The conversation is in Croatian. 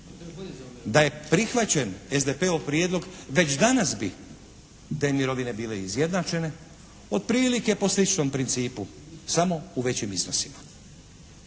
Da je prihvaćen SDP-ov prijedlog već danas bi te mirovine bile izjednačene otprilike po sličnom principu samo u većim iznosima.